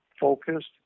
focused